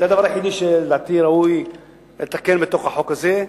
זה הדבר היחיד שלדעתי ראוי לתקן בחוק הזה.